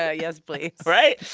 yeah yes, please right?